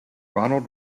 ronald